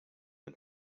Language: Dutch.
een